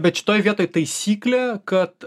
bet šitoj vietoj taisyklė kad